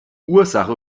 ursache